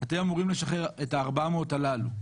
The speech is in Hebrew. אתם אמורים לשחרר את ה-400 הללו,